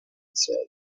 said